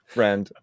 Friend